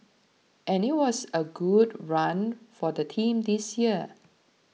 and it was a good run for the team this year